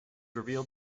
revealed